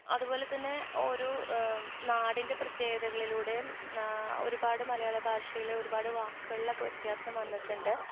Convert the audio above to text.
അതുപോലെ തന്നെ ഒരു നാടിന്റെ പ്രത്യേകതകളിലൂടെയും ഒരുപാട് മലയാള ഭാഷയിൽ ഒരുപാട് വാക്കുകളിലൊക്കെ വ്യത്യാസം വന്നിട്ടുണ്ട്